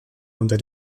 unter